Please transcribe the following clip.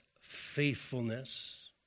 faithfulness